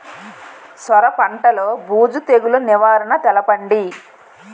సొర పంటలో బూజు తెగులు నివారణ తెలపండి?